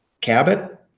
Cabot